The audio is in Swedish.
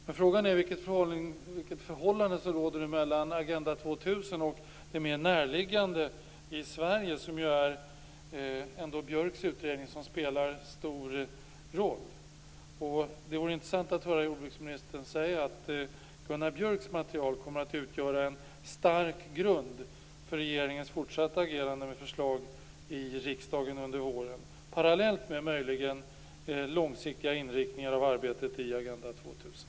Men frågan är vilket förhållande som råder mellan Agenda 2000 och det mer närliggande i Sverige - Björks utredning - som spelar stor roll. Det vore intressant att höra om jordbruksministern tycker att Gunnar Björks material kommer att utgöra en stark grund för regeringens fortsatta agerande med förslag i riksdagen under våren, möjligen parallellt med långsiktiga inriktningar i arbetet med Agenda 2000.